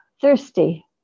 thirsty